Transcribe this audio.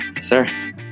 sir